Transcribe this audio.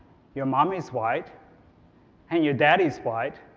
your mum is white and your dad is white,